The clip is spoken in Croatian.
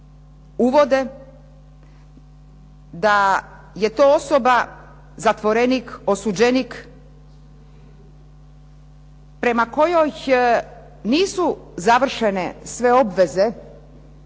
uvode da je to osoba zatvorenik, osuđenik prema kojoj nisu završene sve obveze